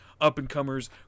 up-and-comers